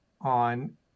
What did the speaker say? on